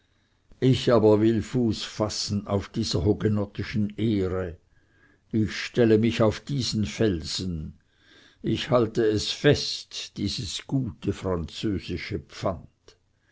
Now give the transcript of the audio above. ich aber will fuß fassen auf dieser hugenottischen ehre ich stelle mich auf diesen felsen ich halte es fest dieses gute französische pfand